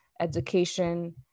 education